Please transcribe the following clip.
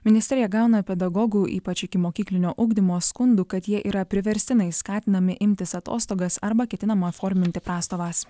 ministerija gauna pedagogų ypač ikimokyklinio ugdymo skundų kad jie yra priverstinai skatinami imtis atostogas arba ketinama forminti prastovas